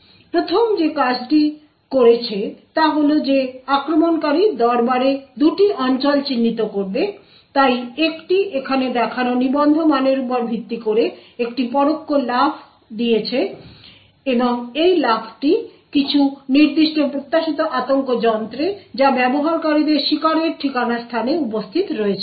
সুতরাং প্রথম যে কাজটি করেছে তা হল যে আক্রমণকারী দরবারে 2টি অঞ্চল চিহ্নিত করবে তাই 1টি এখানে দেখানো নিবন্ধ মানের উপর ভিত্তি করে একটি পরোক্ষ লাফ দিয়েছে এবং এই লাফটি কিছু নির্দিষ্ট প্রত্যাশিত আতঙ্ক যন্ত্রে যা ব্যবহারকারীদের শিকারের ঠিকানা স্থানে উপস্থিত রয়েছে